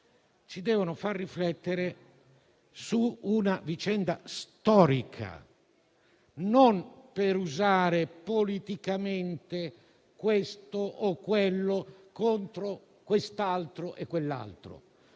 ci devono far riflettere su una vicenda storica, non per usare politicamente questo o quello contro quest'altro e quell'altro.